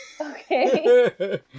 Okay